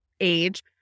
age